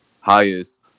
highest